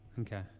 Okay